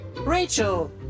Rachel